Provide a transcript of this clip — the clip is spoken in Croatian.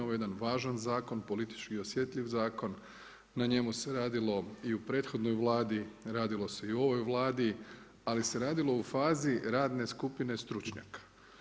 Ovo je jedan važan zakon, politički osjetljiv zakon, na njemu se radilo i u prethodnoj vladi, radilo se i u ovoj Vladi, ali se radilo u fazi radne skupine stručnjaka.